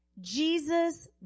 Jesus